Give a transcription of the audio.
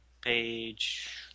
page